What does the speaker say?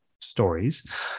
stories